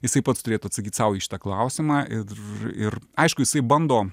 jisai pats turėtų atsakyt sau į šitą klausimą ir ir aišku jisai bando